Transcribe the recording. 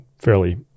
fairly